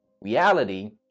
reality